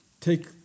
take